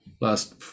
last